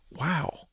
wow